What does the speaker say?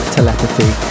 Telepathy